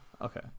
Okay